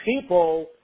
people